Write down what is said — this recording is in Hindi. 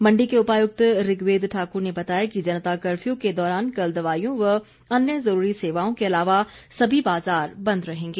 मंडी के उपायुक्त ऋग्वेद ठाक्र ने बताया कि जनता कफ़र्यू के दौरान कल दवाईयों व अन्य जरूरी सेवाओं के अलावा सभी बाजार बंद रहेंगे